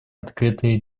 открытые